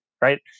right